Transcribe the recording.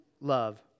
love